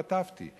כתבתי.